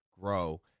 grow